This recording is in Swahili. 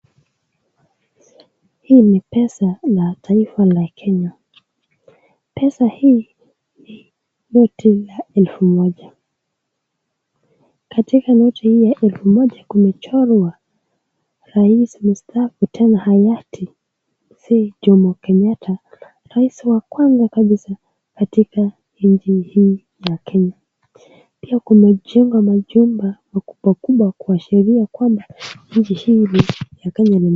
Hii ni pesa la taifa la kenya. Pesa hii ni noti la elfu moja katika noti hii ya elfu moja kumechorwa rais msataafu tena hayati Mzee Jomo Kenyatta rais wa kwanza katika nchi hii ya kenya pia kumejengwa majumba makubwa kubwa kuashiria kwamba mji hili la kenya,,,,,,